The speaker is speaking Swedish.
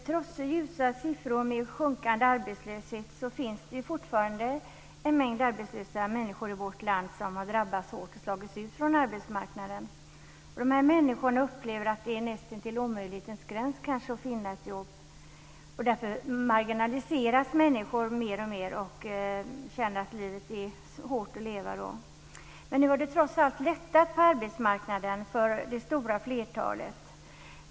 Fru talman! Trots ljusa siffror och en sjunkande arbetslöshet finns det fortfarande en mängd arbetslösa människor i vårt land som har drabbats hårt och slagits ut från arbetsmarknaden. Dessa människor upplever att det är nästintill omöjligt att finna ett jobb. Därför marginaliseras människor alltmer och känner att livet är hårt att leva. Nu har det trots allt lättat på arbetsmarknaden för det stora flertalet.